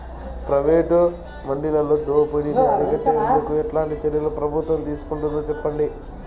Private మండీలలో దోపిడీ ని అరికట్టేందుకు ఎట్లాంటి చర్యలు ప్రభుత్వం తీసుకుంటుందో చెప్పండి?